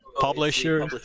Publisher